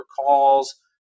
calls